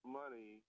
money